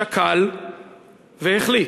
שקל והחליט: